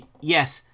Yes